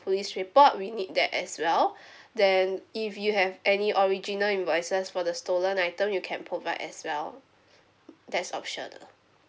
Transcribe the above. police report we need that as well then if you have any original invoices for the stolen item you can provide as well that's optional